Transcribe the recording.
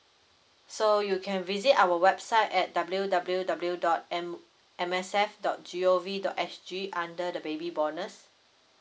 so you can visit our website at W W W dot M M S F dot G O V dot S G under the baby bonus